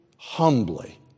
Humbly